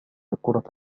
كرة